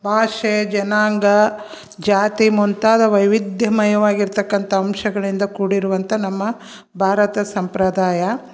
ಭಾಷೆ ಜನಾಂಗ ಜಾತಿ ಮುಂತಾದ ವೈವಿಧ್ಯಮಯವಾಗಿರತಕ್ಕಂಥ ಅಂಶಗಳಿಂದ ಕೂಡಿರುವಂಥ ನಮ್ಮ ಭಾರತ ಸಂಪ್ರದಾಯ